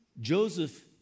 Joseph